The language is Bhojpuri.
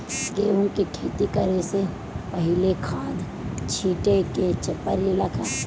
गेहू के खेती करे से पहिले खाद छिटे के परेला का?